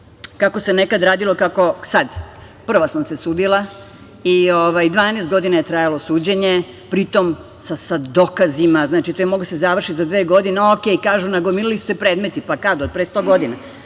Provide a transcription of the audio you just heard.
kako se nekad radilo, a kako sad. Prva sam se sudila i 12 godina je trajalo suđenje, pritom sa dokazima, znači to je moglo da se završi za dve godine. Okej, kažu nagomilali su se predmeti. Kad, od pre sto godina?